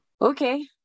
Okay